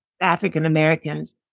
African-Americans